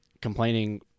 complaining